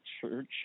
church